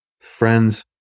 friends